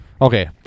Okay